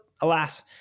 alas